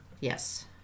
Yes